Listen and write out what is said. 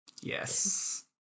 yes